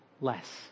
less